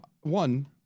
one